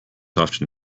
often